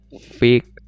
fake